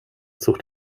sucht